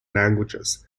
languages